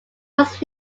was